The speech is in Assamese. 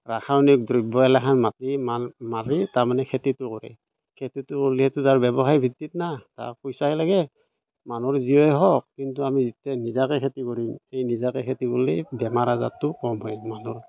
ৰাসায়নিক দ্ৰব্য এইগিলাখান মাটিত মাৰি তাৰমানে খেতিটো কৰে খেতিটো হ'লেতো তাৰ ব্যৱসায়িকভিত্তিত না তাক পইচাহে লাগে মানুহৰ যিয়েই হওক কিন্তু আমি যেতিয়া নিজাকৈ খেতি কৰিম সেই নিজাকৈ খেতি কৰি বেমাৰ আজাৰটো কম হয় মানুহৰ